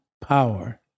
power